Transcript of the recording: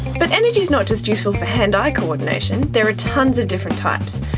but energy is not just useful for hand-eye coordination, there are tonnes of different types.